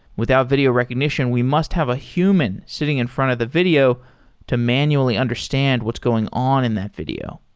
without video recognition, we must have a human sitting in front of the video to manually understands what's going on in that video.